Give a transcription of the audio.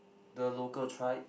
the local tribe